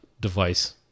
device